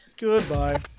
Goodbye